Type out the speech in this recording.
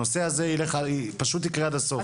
הנושא הזה פשוט יקרה עד הסוף.